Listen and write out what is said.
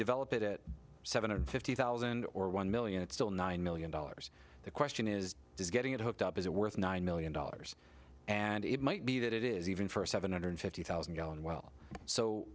develop it at seven hundred fifty thousand or one million it's still nine million dollars the question is just getting it hooked up is it worth nine million dollars and it might be that it is even for a seven hundred fifty thousand gallon well so